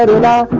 and la